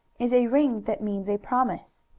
is a ring that means a promise.